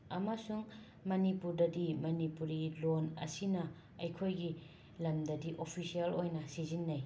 ꯑꯃꯁꯨꯡ ꯃꯅꯤꯄꯨꯔꯗꯗꯤ ꯃꯅꯤꯄꯨꯔꯤ ꯂꯣꯟ ꯑꯁꯤꯅꯥ ꯑꯩꯈꯣꯏꯒꯤ ꯂꯝꯗꯗꯤ ꯑꯣꯐꯤꯁ꯭ꯌꯦꯜ ꯑꯣꯏꯅ ꯁꯤꯖꯤꯟꯅꯩ